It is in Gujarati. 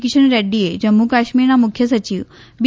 કિશન રેડ્ડીએ જમ્મુ કાશ્મીરના મુખ્ય સચિવ બી